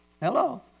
Hello